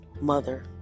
Mother